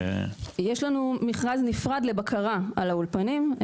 יש לנו מכרז נפרד לבקרה על האולפנים.